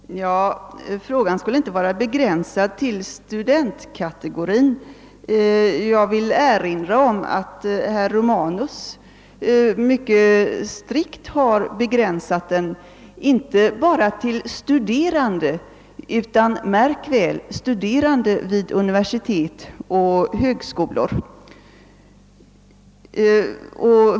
Herr talman! Frågan borde inte vara begränsad till studentkategorin. Jag vill erinra om att herr Romanus mycket strikt har inskränkt den inte bara till studerande utan — märk väl — till stu derande vid universitet och högskolor.